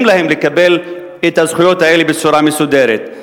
להם לקבל את הזכויות האלה בצורה מסודרת.